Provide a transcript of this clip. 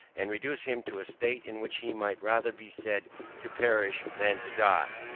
and reduce him to a state in which he might rather be said to perish than to die.